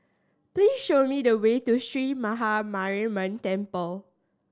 please show me the way to Sree Maha Mariamman Temple